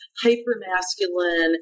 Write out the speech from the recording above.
hyper-masculine